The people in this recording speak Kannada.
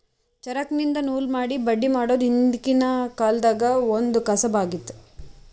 ಚರಕ್ದಿನ್ದ ನೂಲ್ ಮಾಡಿ ಬಟ್ಟಿ ಮಾಡೋದ್ ಹಿಂದ್ಕಿನ ಕಾಲ್ದಗ್ ಒಂದ್ ಕಸಬ್ ಆಗಿತ್ತ್